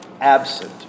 absent